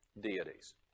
deities